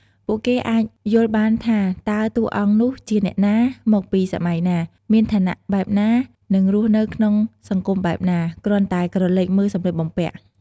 ពួកគេអាចយល់បានថា តើតួអង្គនោះជាអ្នកណា មកពីសម័យណា មានឋានៈបែបណា និងរស់នៅក្នុងសង្គមបែបណា គ្រាន់តែក្រឡេកមើលសម្លៀកបំពាក់។